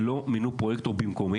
ולא מינו פרויקטור במקומי.